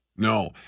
No